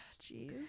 jeez